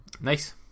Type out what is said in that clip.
Nice